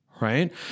right